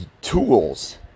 tools